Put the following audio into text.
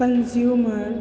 consumer